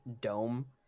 dome